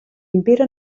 impera